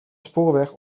spoorweg